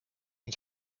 and